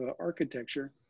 architecture